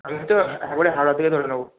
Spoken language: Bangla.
আমি তো একবারে হাওড়া থেকে ধরে নেব